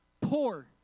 poor